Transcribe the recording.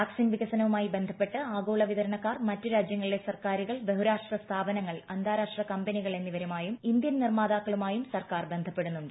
vaccine വികസനവുമായി ബന്ധപ്പെട്ട് ആഗോള പ്പിത്ത്രണക്കാർ മറ്റ് രാജ്യങ്ങളിലെ സർക്കാരുകൾ ബഹുര്യ്ക്ഷ്ട് സ്ഥാപനങ്ങൾ അന്താരാഷ്ട്ര കമ്പനികൾ എന്നിവരുമായും ഇന്ത്യൻ നിർമ്മാതാക്കളുമായും സർക്കാർ ്ഷ്യസ്പെടുന്നുണ്ട്